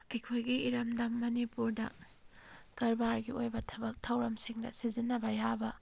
ꯑꯩꯈꯣꯏꯒꯤ ꯏꯔꯝꯗꯝ ꯃꯅꯤꯄꯨꯔꯗ ꯀꯔꯕꯥꯔꯒꯤ ꯑꯣꯏꯕ ꯊꯕꯛ ꯊꯧꯔꯝꯁꯤꯡꯗ ꯁꯤꯖꯤꯟꯅꯕ ꯌꯥꯕ